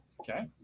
Okay